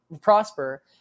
prosper